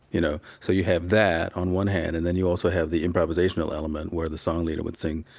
you know, so you have that on one hand, and then you also have the improvisational element where the song leader would sing,